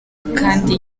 kandi